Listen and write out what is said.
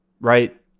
Right